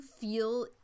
feel